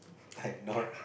I'm not